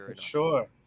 sure